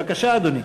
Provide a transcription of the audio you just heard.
בבקשה, אדוני.